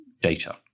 data